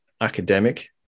academic